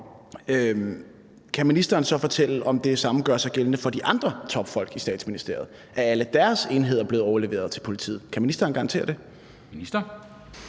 Kan ministeren så fortælle, om det samme gør sig gældende for de andre topfolk i Statsministeriet? Er alle deres enheder blevet overleveret til politiet? Kan ministeren garantere det? Kl.